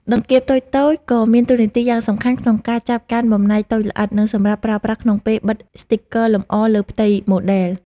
ដង្កៀបតូចៗក៏មានតួនាទីយ៉ាងសំខាន់ក្នុងការចាប់កាន់បំណែកតូចល្អិត និងសម្រាប់ប្រើប្រាស់ក្នុងពេលបិទស្ទីគ័រលម្អលើផ្ទៃម៉ូដែល។